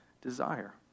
desire